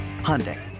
Hyundai